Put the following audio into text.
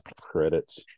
credits